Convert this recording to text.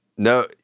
No